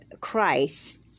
Christ